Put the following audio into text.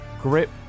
grip